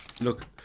look